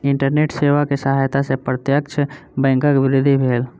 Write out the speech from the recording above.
internet सेवा के सहायता से प्रत्यक्ष बैंकक वृद्धि भेल